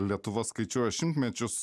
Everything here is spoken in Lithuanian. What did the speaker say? lietuva skaičiuoja šimtmečius